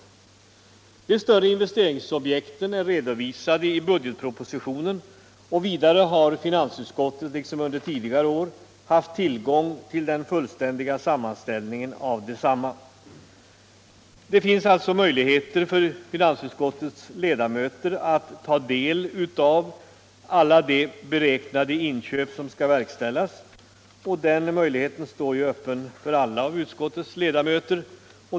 De större investeringsobjekten är redovisade i budgetpropositionen, och vidare har finansutskottet liksom under tidigare år haft tillgång till den fullständiga sammanställningen av desamma. Det finns alltså möjlighet för finansutskottets ledamöter att ta del av alla de beräknade inköp som skall verkställas — den möjligheten står ju öppen för alla utskottets ledamöter.